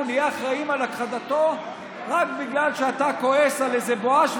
אנחנו נהיה אחראים להכחדתו רק בגלל שאתה כועס על איזה בואש?